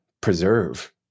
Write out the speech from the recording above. preserve